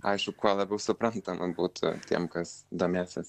aišku kuo labiau suprantama būtų tiem kas domėsis